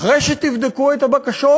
אחרי שתבדקו את הבקשות